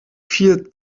viel